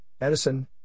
Edison